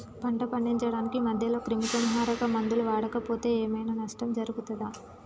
పంట పండించడానికి మధ్యలో క్రిమిసంహరక మందులు వాడకపోతే ఏం ఐనా నష్టం జరుగుతదా?